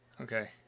Okay